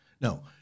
No